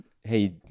Hey